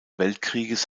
weltkrieges